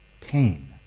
pain